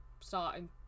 starting